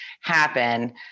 happen